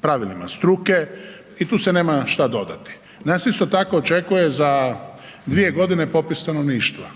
pravilima struke i tu se nema šta dodati. Nas isto tako očekuje za 2.g. popis stanovništva,